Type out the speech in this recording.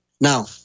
Now